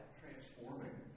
transforming